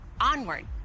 Onward